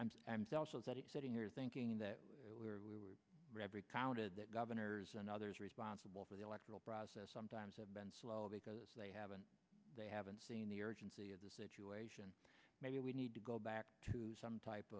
and i'm sitting here thinking that we were counted that governors and others responsible for the electoral process sometimes have been slow because they haven't they haven't seen the urgency of the situation maybe we need to go back to some type